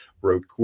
wrote